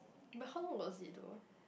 but how long was it tour